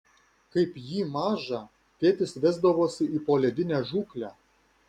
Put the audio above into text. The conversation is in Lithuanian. kaip jį mažą tėtis vesdavosi į poledinę žūklę